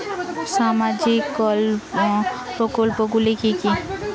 সামাজিক প্রকল্পগুলি কি কি?